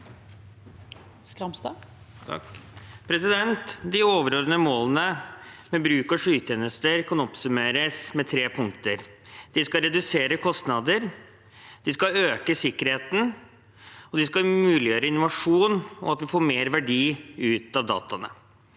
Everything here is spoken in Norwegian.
De overordne- de målene med bruk av skytjenester kan oppsummeres med tre punkter: De skal redusere kostnader, de skal øke sikkerheten, og de skal muliggjøre innovasjon og at en får mer verdi ut av dataene.